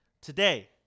Today